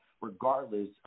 regardless